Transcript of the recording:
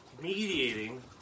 mediating